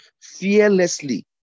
Fearlessly